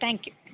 thank you